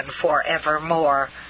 forevermore